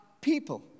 People